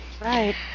Right